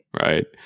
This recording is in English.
Right